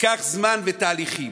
ייקח זמן, תהליכים.